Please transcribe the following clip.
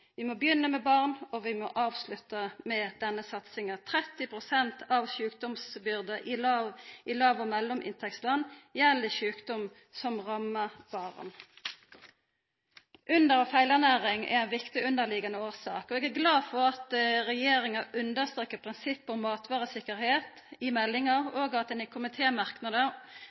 Vi må begynna med barn, og vi må avslutta med denne satsinga. 30 pst. av sjukdomsbyrda i låg- og mellominntektsland gjeld sjukdom som rammar barn. Under- og feilernæring er ein viktig underliggjande årsak. Eg er glad for at regjeringa understrekar prinsippet om matvaresikkerheit i meldinga, og at ein i